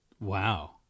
Wow